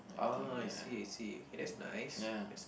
ah I see I see okay that's nice that's